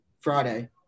Friday